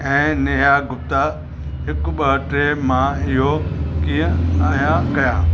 ऐं नेहा गुप्ता हिकु ॿ टे मां इहो कीअं आया कयां